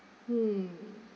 mm